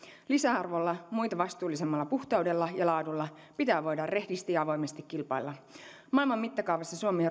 lisäarvolla muita vastuullisemmalla puhtaudella ja laadulla pitää voida rehdisti ja avoimesti kilpailla maailman mittakaavassa suomi